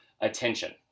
attention